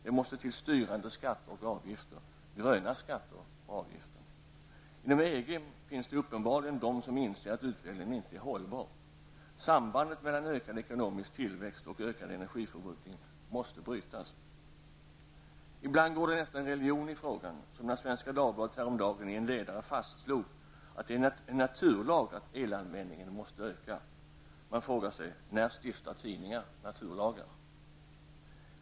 Det måste till styrande skatter och avgifter, gröna skatter och avgifter. Inom EG finns det uppenbarligen de som inser att utvecklingen inte är hållbar. Sambandet mellan ökad ekonomisk tillväxt och ökad energiförbrukning måste brytas. Ibland går det nästan religion i frågan, som när SvD häromdagen i en ledare fastslog att det är en naturlag att elanvändningen måste öka. När stiftar tidningar naturlagar?